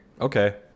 okay